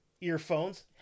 earphones